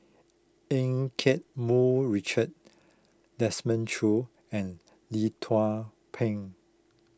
Eu Keng Mun Richard Desmond Choo and Lee Tzu Pheng